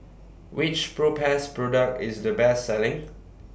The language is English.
Which Propass Product IS The Best Selling